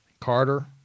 Carter